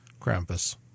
Krampus